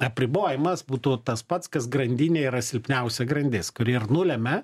apribojimas būtų tas pats kas grandinė yra silpniausia grandis kuri ir nulemia